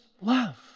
love